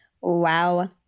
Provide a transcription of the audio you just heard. Wow